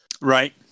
Right